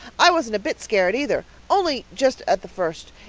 i wasn't a bit scared either. only just at the first.